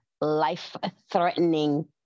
life-threatening